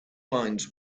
lines